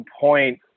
point